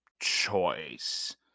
choice